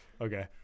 Okay